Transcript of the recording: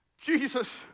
Jesus